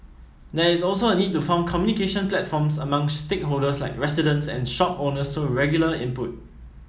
there is also a need to form communication platforms among stakeholders like residents and shop owners so regular input